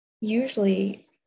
usually